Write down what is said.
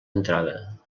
entrada